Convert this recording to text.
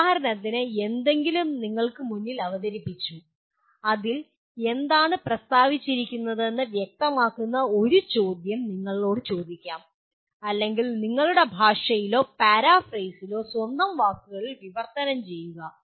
ഉദാഹരണത്തിന് എന്തെങ്കിലും നിങ്ങൾക്ക് മുന്നിൽ അവതരിപ്പിച്ചു അതിൽ എന്താണ് പ്രസ്താവിച്ചിരിക്കുന്നതെന്ന് വ്യക്തമാക്കുന്ന ഒരു ചോദ്യം നിങ്ങളോട് ചോദിക്കാം അല്ലെങ്കിൽ നിങ്ങളുടെ ഭാഷയിലോ പാരാഫ്രേസിലോ നിങ്ങളുടെ സ്വന്തം വാക്കുകളിൽ വിവർത്തനം ചെയ്യുക